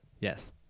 Yes